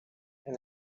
and